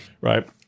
Right